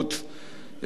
יש קבינט,